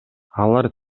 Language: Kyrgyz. алар